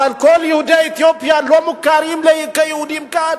אבל כל יהודי אתיופיה לא מוכרים כיהודים כאן.